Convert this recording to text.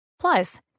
Plus